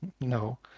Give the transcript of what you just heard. No